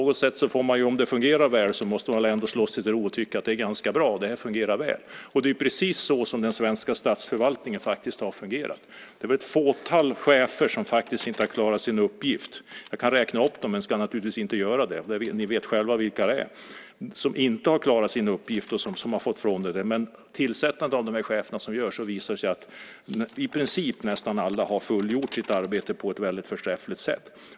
Om det fungerar väl så måste man väl ändå slå sig till ro och tycka att det är ganska bra och fungerar väl. Det är precis så som den svenska statsförvaltningen har fungerat. Det är ett fåtal chefer som faktiskt inte har klarat sin uppgift. Jag kan räkna upp dem, men ska naturligtvis inte göra det. Ni vet själva vilka det är som inte har klarat sin uppgift. Men när det gäller det tillsättande som görs av de här cheferna visar det sig att i princip alla har fullgjort sitt arbete på ett förträffligt sätt.